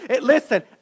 listen